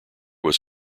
was